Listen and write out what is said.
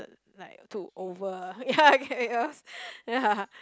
like took over ya it it was ya